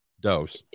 dose